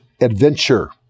adventure